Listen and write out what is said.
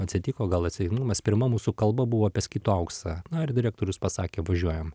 atsitiko gal atsainumas pirma mūsų kalba buvo apie skitų auksą na ir direktorius pasakė važiuojam